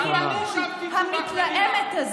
תודה רבה.